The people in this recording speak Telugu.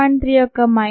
3 యొక్క మైనస్ ప్లస్ 2